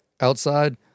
outside